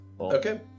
Okay